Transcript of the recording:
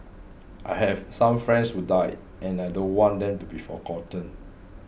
I have some friends who died and I don't want them to be forgotten